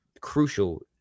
crucial